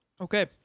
Okay